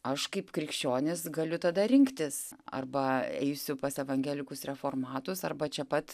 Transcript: aš kaip krikščionis galiu tada rinktis arba eisiu pas evangelikus reformatus arba čia pat